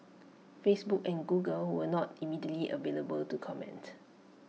Facebook and Google were not immediately available to comment